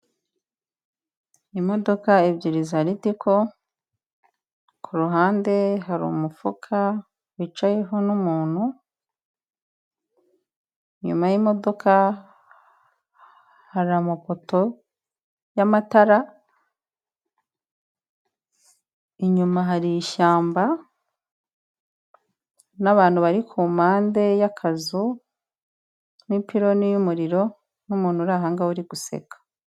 Imodoka ebyiri za ritiko ku ruhande hari umufuka wicayeho n'umuntu, inyuma y'imodoka hari amapoto n'amatara, inyuma hari ishyamba n'abantu bari ku mpande y'akazu n'ipironi y'umuriro n'umuntu uri aho ngaho uri guseka.